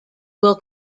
will